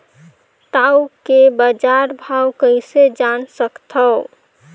टाऊ के बजार भाव कइसे जान सकथव?